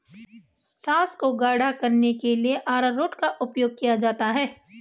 sauce को गाढ़ा करने के लिए अरारोट का उपयोग किया जाता है